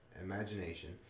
imagination